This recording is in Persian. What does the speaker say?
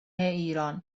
ایران